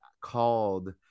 called